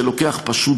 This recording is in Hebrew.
שפשוט לוקח זמן.